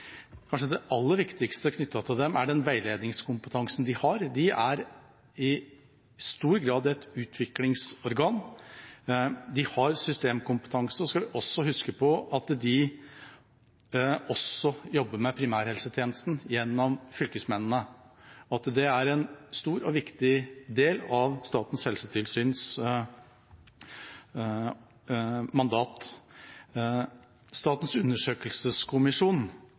er den veiledningskompetanse de har. De er i stor grad et utviklingsorgan. De har systemkompetanse. Vi skal huske på at de også jobber med primærhelsetjenesten gjennom fylkesmennene, og at det er en stor og viktig del av Statens helsetilsyns mandat. Statens undersøkelseskommisjon